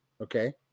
Okay